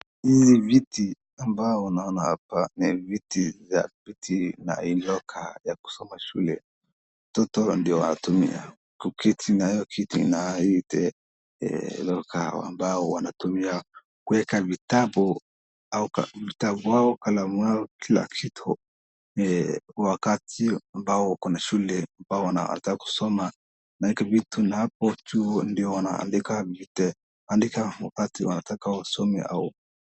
Hivi viti ambavyo naona hapa ni viti na loka ya kusoma shuleni. Watoto ndio wanatumia kuketi na hyo kitu inaitwa loka, ambayo wanatumia kuweka vitabu au kalamu au kila kitu. Wakati ambapo wako shule wao wanakataa kusoma wanaweka vitu na hapo juu ndio wanaandikia wakati wanataka kusoma.